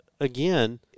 again